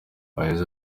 yagize